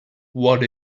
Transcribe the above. what